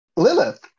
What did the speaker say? Lilith